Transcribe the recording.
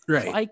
Right